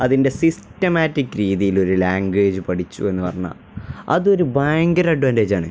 അതിൻ്റെ സിസ്റ്റമാറ്റിക് രീതിയിലൊരു ലാംഗ്വേജ് പഠിച്ചു എന്നു പറഞ്ഞാല് അതൊരു ഭയങ്കര അഡ്വാന്റേജാണ്